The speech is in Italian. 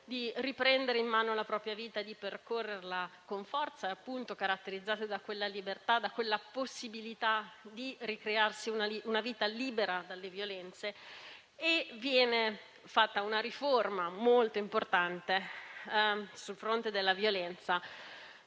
di riprendere in mano la propria vita e di percorrerla con forza, in libertà e con la possibilità di ricrearsi una vita libera dalle violenze. Viene fatta una riforma molto importante sul fronte della violenza